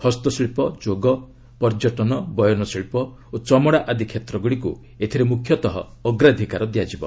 ହସ୍ତଶିଳ୍ପ ଯୋଗ ପର୍ଯ୍ୟଟନ ବୟନଶିଳ୍ପ ଓ ଚମଡ଼ା ଆଦି କ୍ଷେତ୍ରଗୁଡ଼ିକୁ ଏଥିରେ ମୁଖ୍ୟତଃ ଅଗ୍ରାଧିକାର ଦିଆଯିବ